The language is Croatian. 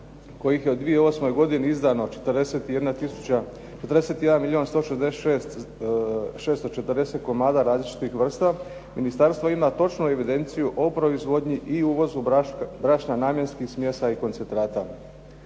kojih je u 2008. godini izdano 41 milijun 166,640 komada različitih vrsta, ministarstvo ima točnu evidenciju o proizvodnji i uvozu brašna, namjenskih smjesa i koncentrata.